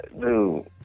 dude